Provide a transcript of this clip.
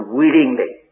willingly